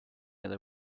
other